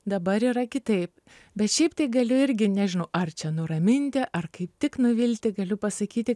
dabar yra kitaip bet šiaip tai galiu irgi nežinau ar čia nuraminti ar kaip tik nuvilti galiu pasakyti